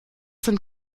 sind